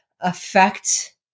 affect